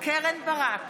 קרן ברק,